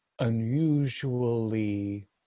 unusually